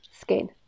skin